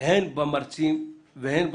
הן במרצים והן בסטודנטים.